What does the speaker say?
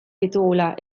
ditugula